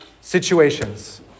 situations